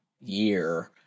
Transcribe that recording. year